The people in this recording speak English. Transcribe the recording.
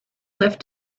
lift